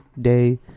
Day